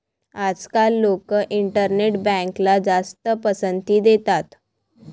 आजकाल लोक इंटरनेट बँकला जास्त पसंती देतात